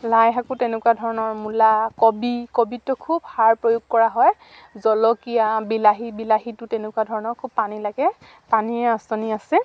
লাই শাকো তেনেকুৱা ধৰণৰ মূলা কবি কবিতটো খুব সাৰ প্ৰয়োগ কৰা হয় জলকীয়া বিলাহী বিলাহীটো তেনেকুৱা ধৰণৰ খুব পানী লাগে পানীৰে আঁচনি আছে